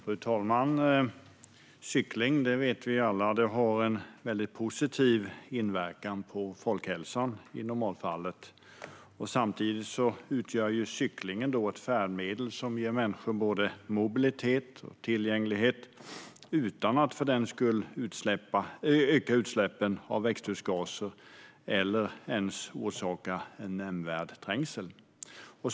Fru talman! Att cykling i normalfallet har en positiv inverkan på folkhälsan vet vi alla. Samtidigt utgör cyklingen ett färdmedel som ger människor såväl mobilitet som tillgänglighet utan att för den skull öka utsläppen av växthusgaser eller ens orsaka nämnvärd trängsel.